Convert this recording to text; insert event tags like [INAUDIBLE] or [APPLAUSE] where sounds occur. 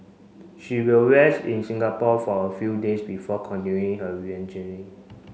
she will rest in Singapore for a few days before continuing her [UNINTELLIGIBLE]